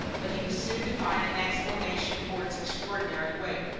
but he was soon to find an explanation for its extraordinary weight.